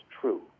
true